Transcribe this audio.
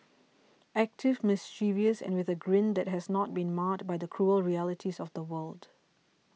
active mischievous and with a grin that has not been marred by the cruel realities of the world